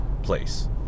place